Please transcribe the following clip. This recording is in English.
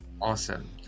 awesome